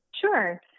Sure